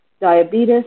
diabetes